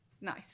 Nice